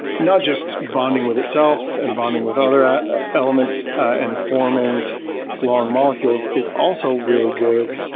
not just bonding with itself and bonding with other elements and forming long molecules, it's also really good,